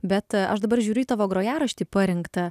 bet aš dabar žiūriu į tavo grojaraštį parinktą